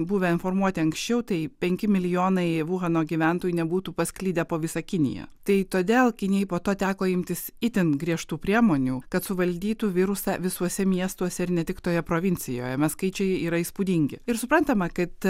buvę informuoti anksčiau tai penki milijonai uhano gyventojų nebūtų pasklidę po visą kiniją tai todėl kinijai po to teko imtis itin griežtų priemonių kad suvaldytų virusą visuose miestuose ir ne tik toje provincijoje nes skaičiai yra įspūdingi ir suprantama kad